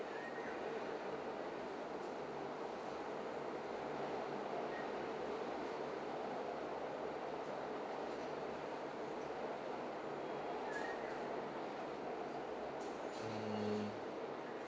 um